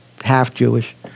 half-Jewish